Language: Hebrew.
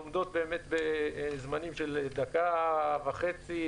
עומדות בזמנים של דקה וחצי,